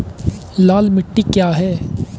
लाल मिट्टी क्या है?